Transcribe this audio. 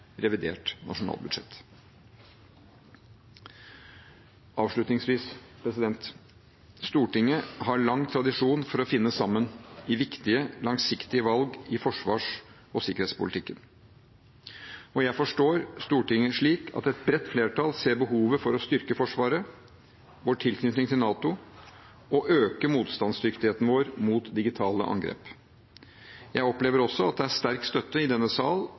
revidert nasjonalbudsjett. Avslutningsvis: Stortinget har lang tradisjon for å finne sammen om viktige, langsiktige valg i forsvars- og sikkerhetspolitikken, og jeg forstår Stortinget slik at et bredt flertall ser behovet for å styrke Forsvaret og vår tilknytning til NATO og øke motstandsdyktigheten vår mot digitale angrep. Jeg opplever også at det er sterk støtte i denne sal